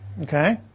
okay